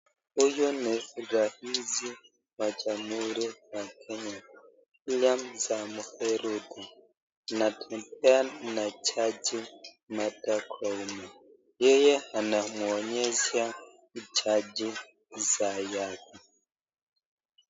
Huyu ni rais wa jamhuri ya Kenya William Samoei Ruto anatembea na jaji Martha Koome. Yeye anamwonyesha jaji saa yake.